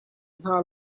hna